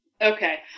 Okay